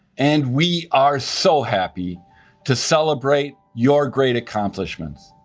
and we are so happy to celebrate your great accomplishments.